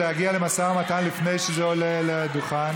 להגיע למשא ומתן לפני שזה עולה לדוכן.